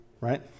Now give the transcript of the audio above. right